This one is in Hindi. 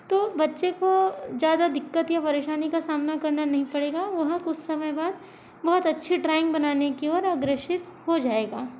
तो बच्चे को ज़्यादा दिक्कत या परेशानी का सामना करना नहीं पड़ेगा वह कुछ समय बाद बहुत अच्छी ड्रॉइंग बनाने की ओर अग्रेषित हो जाएगा